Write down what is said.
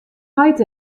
heit